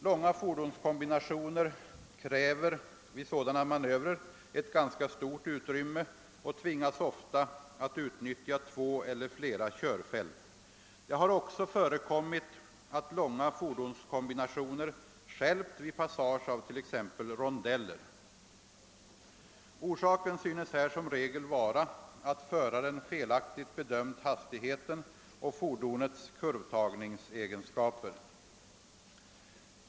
Långa fordonskombinationer kräver vid sådana manövrer ett ganska stort utrymme och tvingas ofta att utnyttja två eller flera körfält. Det har också förekommit att långa fordonskombinationer stjälpt vid passage av t.ex. rondeller. Orsaken synes här som regel vara att föraren felaktigt bedömt hastigheten och fordonets kurvtagningsegenskaper.